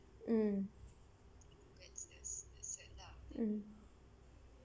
mm mm